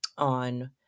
on